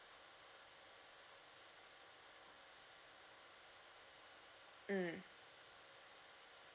mm